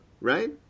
right